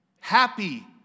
happy